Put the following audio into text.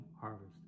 harvest